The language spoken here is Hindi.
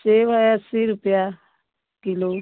सेब है अस्सी रुपये किलो